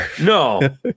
No